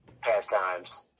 pastimes